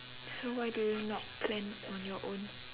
so why do you not plan on your own